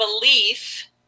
Belief